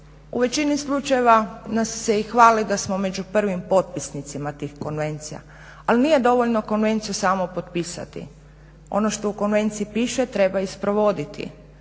u većini slučajeva nas se i hvali da smo među prvim potpisnicima tih konvencija, ali nije dovoljno konvenciju samo potpisati. Ono što u konvenciji piše treba isprovoditi,